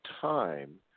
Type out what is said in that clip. time